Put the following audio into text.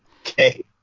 Okay